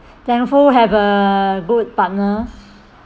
thankful have a good partner